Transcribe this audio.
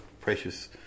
precious